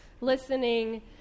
listening